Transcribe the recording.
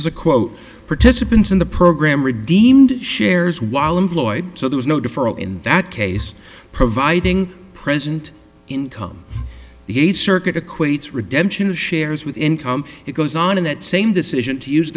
is a quote participants in the program redeemed shares while employed so there is no deferral in that case providing present income he circuit equates redemption of shares with income it goes on in that same decision to use